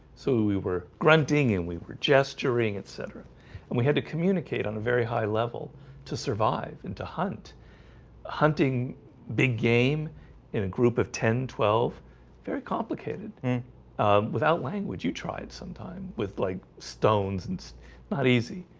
so we were grunting and we were gesturing etc and we had to communicate on a very high level to survive and to hunt hunting big game in a group of ten twelve very complicated without language you tried some time with like stones and it's not easy.